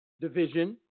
division